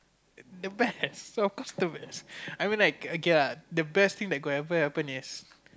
the best of course the best I mean like the best thing that could ever happen is